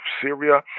Syria